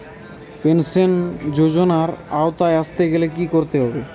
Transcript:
Pension যজোনার আওতায় আসতে গেলে কি করতে হবে?